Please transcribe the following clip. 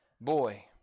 boy